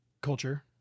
culture